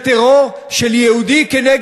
יותר מאשר כל חברי הליכוד ביחד.